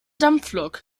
dampflok